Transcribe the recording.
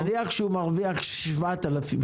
ונניח שהוא מרוויח 7,000 שקל.